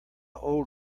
old